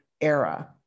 era